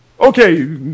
Okay